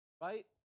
right